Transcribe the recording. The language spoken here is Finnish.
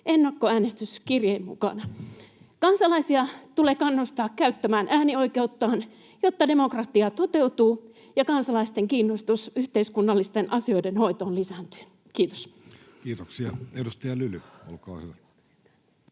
ennakkoäänestyskirjeen mukana. Kansalaisia tulee kannustaa käyttämään äänioikeuttaan, jotta demokratia toteutuu ja kansalaisten kiinnostus yhteiskunnallisten asioiden hoitoon lisääntyy. — Kiitos. [Speech 96] Speaker: